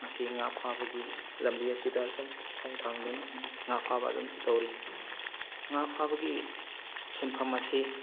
ꯉꯁꯤ ꯉꯥ ꯐꯥꯕꯒꯤ ꯂꯝꯕꯤ ꯑꯁꯤꯗ ꯁꯨꯝ ꯈꯣꯡ ꯊꯥꯡꯗꯨꯅ ꯉꯥ ꯐꯥꯕ ꯑꯗꯨꯝ ꯇꯧꯔꯤ ꯉꯥ ꯐꯥꯕꯒꯤ ꯁꯤꯟꯐꯝ ꯑꯁꯤ